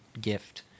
gift